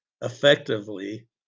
effectively